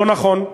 לא נכון.